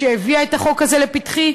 שהביאה את החוק הזה לפתחי,